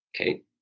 Okay